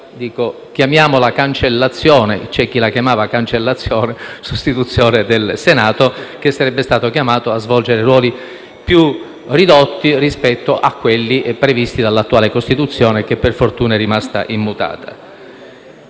un'ipotetica cancellazione, come qualcuno la definiva, o comunque sostituzione del Senato, che sarebbe stato chiamato a svolgere ruoli più ridotti rispetto a quelli previsti dall'attuale Costituzione che - per fortuna - è rimasta immutata.